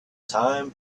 time